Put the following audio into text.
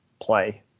play